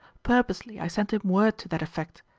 purposely i sent him word to that affect,